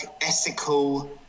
ethical